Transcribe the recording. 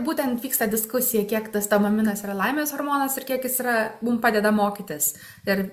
būtent vyksta diskusija kiek tas dopaminas yra laimės hormonas ir kiek jis yra mum padeda mokytis ir